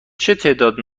تعداد